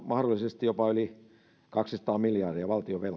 mahdollisesti jopa yli kaksisataa miljardia